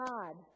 God